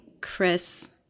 Chris